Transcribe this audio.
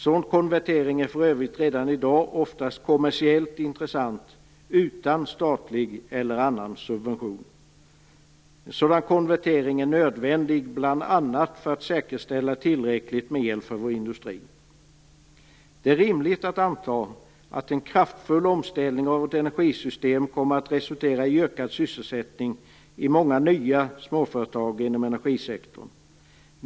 Sådan konvertering är för övrigt redan i dag oftast kommersiellt intressant utan statlig eller annan subvention. En sådan konvertering är nödvändig bl.a. för att säkerställa tillräckligt med el för vår industri. Det är rimligt att anta att en kraftfull omställning av vårt energisystem kommer att resultera i ökad sysselsättning i många nya småföretag inom energisektorn.